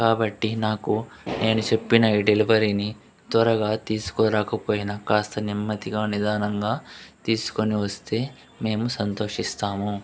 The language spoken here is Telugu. కాబట్టి నాకు నేను చెప్పిన ఈ డెలివరీని త్వరగా తీసుకురాకపోయిన కాస్త నెమ్మదిగా నిదానంగా తీసుకొని వస్తే మేము సంతోషిస్తాము